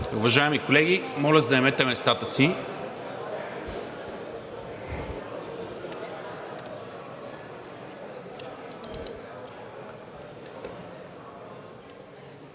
Уважаеми колеги, моля, заемете местата си!